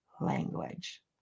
language